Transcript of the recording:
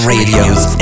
Radio's